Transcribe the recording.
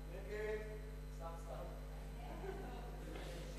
סעיפים 1